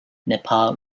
nepal